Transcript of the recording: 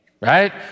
right